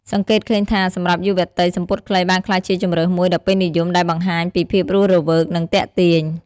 សង្កេតឃើញថា សម្រាប់យុវតី សំពត់ខ្លីបានក្លាយជាជម្រើសមួយដ៏ពេញនិយមដែលបង្ហាញពីភាពរស់រវើក និងទាក់ទាញ។